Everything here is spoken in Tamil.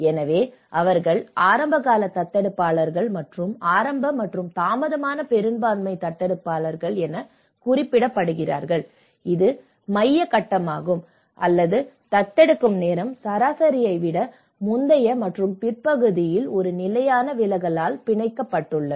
எனவே அவர்கள் ஆரம்பகால தத்தெடுப்பாளர்கள் மற்றும் ஆரம்ப மற்றும் தாமதமான பெரும்பான்மை தத்தெடுப்பாளர்கள் என குறிப்பிடப்படுகிறார்கள் இது மைய கட்டமாகும் அல்லது தத்தெடுக்கும் நேரம் சராசரியை விட முந்தைய மற்றும் பிற்பகுதியில் ஒரு நிலையான விலகலால் பிணைக்கப்பட்டுள்ளது